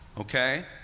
Okay